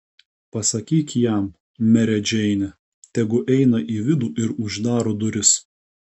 pasakyk jam mere džeine tegu eina į vidų ir uždaro duris